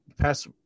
past